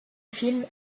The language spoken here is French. film